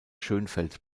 schönfeld